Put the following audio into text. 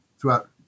throughout